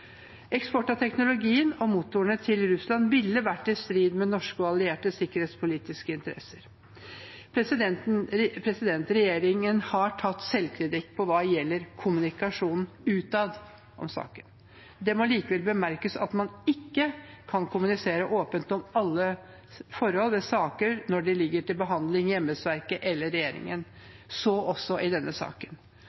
Eksport av teknologiene og motorene til Russland ville vært i strid med norske og allierte sikkerhetspolitiske interesser. Regjeringen har tatt selvkritikk hva gjelder kommunikasjonen utad om saken. Det må likevel bemerkes at man ikke kan kommunisere åpent om alle forhold i saker når de ligger til behandling i embetsverket eller regjeringen.